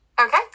Okay